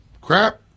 Crap